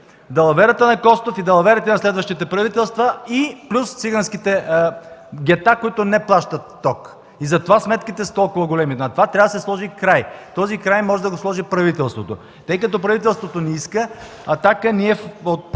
далаверата на Костов и далаверите на следващите правителства, на циганските гета, които не плащат ток. Затова сметките са толкова големи. На това трябва да се сложи край. Този край може да го сложи правителството. Тъй като правителството не иска, ние